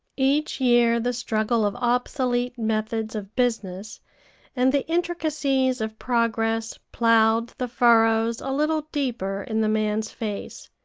each year the struggle of obsolete methods of business and the intricacies of progress plowed the furrows a little deeper in the man's face,